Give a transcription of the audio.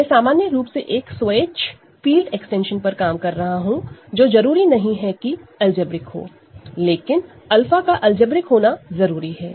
मैं सामान्य रूप से एक स्वेच्छ फील्ड एक्सटेंशन पर काम कर रहा हूं जो जरूरी नहीं है कि अलजेब्रिक हो लेकिन𝛂का अलजेब्रिक होना जरूरी है